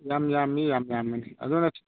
ꯌꯥꯝ ꯌꯥꯝꯃꯤ ꯌꯥꯝ ꯌꯥꯝꯕꯅꯤ ꯑꯗꯨꯅ